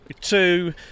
two